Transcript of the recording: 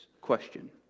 question